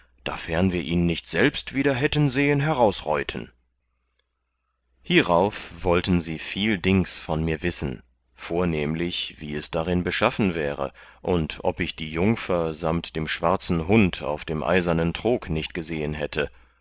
dafern wir ihn nicht selbst wieder hätten sehen herausreuten hierauf wollten sie viel dings von mir wissen vornehmlich wie es darin beschaffen wäre und ob ich die jungfer samt dem schwarzen hund auf dem eisernen trog nicht gesehen hätte